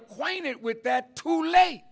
acquainted with that too late